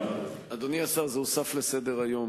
אדוני השר, זה הוסף לסדר-היום.